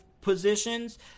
positions